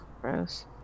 gross